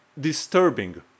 disturbing